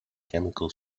chemical